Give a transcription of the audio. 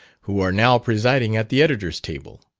who are now presiding at the editor's table.